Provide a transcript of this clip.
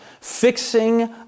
fixing